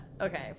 okay